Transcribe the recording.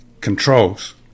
controls